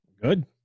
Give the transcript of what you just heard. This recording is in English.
Good